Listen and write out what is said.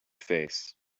face